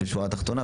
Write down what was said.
בשורה תחתונה,